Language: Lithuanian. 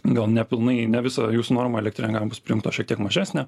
gal nepilnai ne visą jūsų norimą elektrinę galima bus prijungt o šiek tiek mažesnę